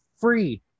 free